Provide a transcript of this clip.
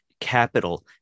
capital